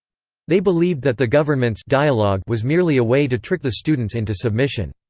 they believed that the government's dialogue was merely a way to trick the students into submission.